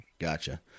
gotcha